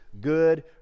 good